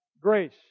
grace